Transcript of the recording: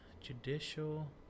judicial